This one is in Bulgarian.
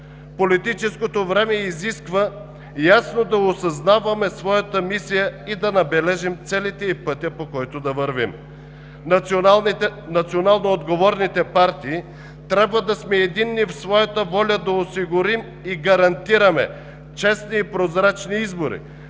Политическото време изисква ясно да осъзнаваме своята мисия и да набележим целите и пътя, по който да вървим. Национално отговорните партии трябва да сме единни в своята воля да осигурим и гарантираме честни и прозрачни избори,